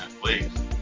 please